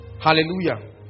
Hallelujah